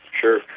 sure